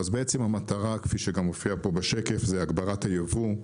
המטרה, כפי שמופיע פה בשקף, היא הגברת הייבוא,